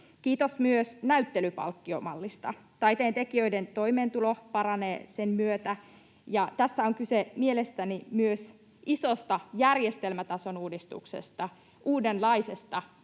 Kiitos myös näyttelypalkkiomallista. Taiteen tekijöiden toimeentulo paranee sen myötä, ja tässä on kyse mielestäni myös isosta järjestelmätason uudistuksesta, uudenlaisesta